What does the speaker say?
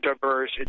diverse